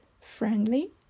friendly